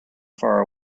far